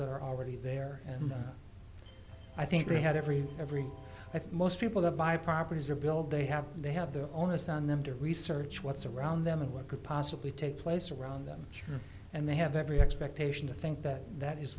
that are already there and i think they have every every i think most people that buy properties are bill they have they have their onus on them to research what's around them and what could possibly take place around them and they have every expectation to think that that is